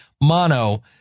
mono